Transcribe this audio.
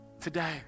Today